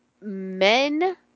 men